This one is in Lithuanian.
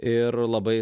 ir labai